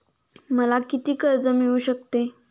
मला किती कर्ज मिळू शकते?